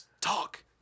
talk